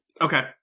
Okay